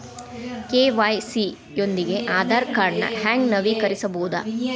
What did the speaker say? KYC ಯೊಂದಿಗ ಆಧಾರ್ ಕಾರ್ಡ್ನ ಹೆಂಗ ನವೇಕರಿಸಬೋದ